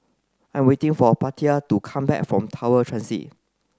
I'm waiting for Paulette to come back from Tower Transit